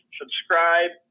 subscribe